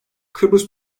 kıbrıs